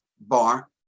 bar